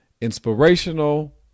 inspirational